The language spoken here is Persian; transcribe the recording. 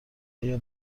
ایا